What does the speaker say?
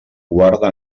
guarda